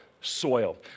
soil